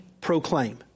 proclaim